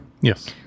Yes